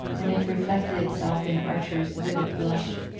and it reflected itself in archer's vivid blush.